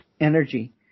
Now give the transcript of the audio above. energy